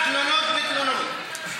רק תלונות ותלונות.